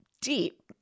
deep